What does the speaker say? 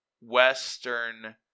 western